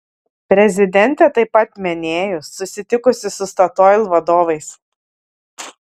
prezidentė taip pat minėjo susitikusi su statoil vadovais